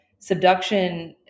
Subduction